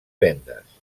vendes